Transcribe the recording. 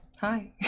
Hi